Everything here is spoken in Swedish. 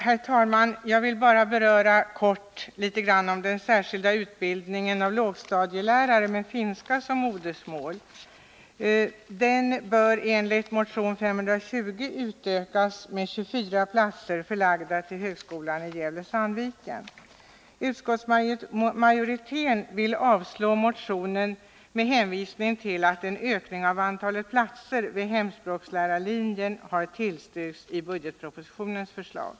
Herr talman! Jag vill bara helt kort beröra den särskilda utbildningen av lågstadielärare med finska som modersmål. Den bör enligt motion 520 utökas med 24 platser, förlagda till högskolan i Gävle-Sandviken. Utskottsmajoriteten vill att motionen skall avslås med hänvisning till att en ökning av antalet platser vid hemspråkslärarlinjen har tillstyrkts i enlighet med budgetpropositionens förslag.